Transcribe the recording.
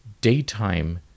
daytime